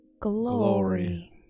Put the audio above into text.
Glory